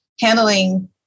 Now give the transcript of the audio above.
handling